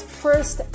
first